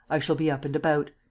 i shall be up and about.